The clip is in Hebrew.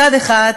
מצד אחד,